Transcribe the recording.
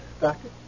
Doctor